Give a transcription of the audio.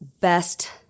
best